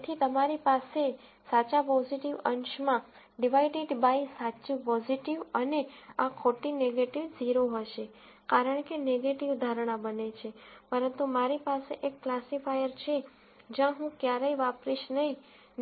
તેથી તમારી પાસે સાચા પોઝીટિવ અંશ માં ડીવાયડેડ બાય સાચી પોઝીટિવ અને આ ખોટી નેગેટીવ 0 હશે કારણ કે નેગેટીવ ધારણા બને છે પરંતુ મારી પાસે એક ક્લાસિફાયર છે જ્યાં હું ક્યારેય વાપરીશ નહિ